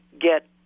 get